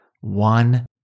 one